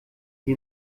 sie